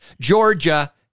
Georgia